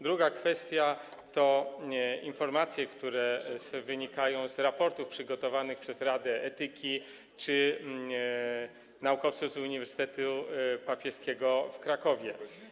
Druga kwestia to informacje, które wynikają z raportów przygotowanych przez radę etyki czy naukowców z Uniwersytetu Papieskiego w Krakowie.